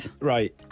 right